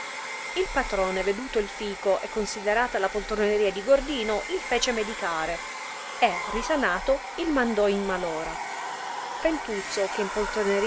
il patrone veduto il fico e considerata la poltroneria di gordino il fece medicare e risanato il mandò in mal ora fentuzzo che in poltroneria